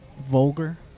vulgar